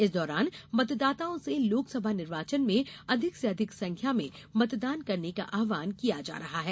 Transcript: इस दौरान मतदाताओं से लोकसभा निर्वाचन में अधिक से अधिक संख्या में मतदान करने का आव्हान किया जा रहा है